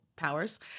powers